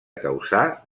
causar